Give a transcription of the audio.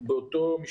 אני